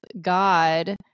God